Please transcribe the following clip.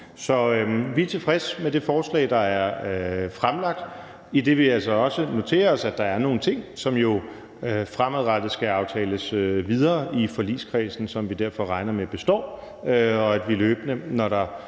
Så vi er tilfredse med det forslag, der er fremsat, idet vi altså også noterer os, at der er nogle ting, som jo fremadrettet skal aftales videre i forligskredsen, som vi derfor regner med består, og at vi, når der